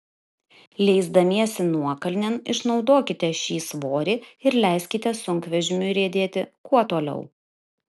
leisdamiesi nuokalnėn išnaudokite šį svorį ir leiskite sunkvežimiui riedėti kuo toliau